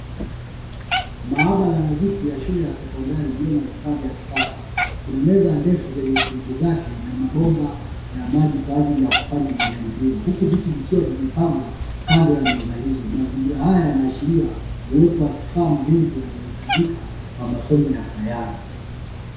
Maabara nadhifu ya shule ya sekondari iliyo na vifaa vya kisasa. Kuna meza ya ndefu zenye sinki zake na mabomba ya maji kwa ajili ya kufanya majaribio. Huku vitu vikiwa vimepangwa kando ya meza hizo. Mazingira haya yanaashiria uwepo wa vifaa muhimu, vinavyohitajika kwa masomo ya sayansi.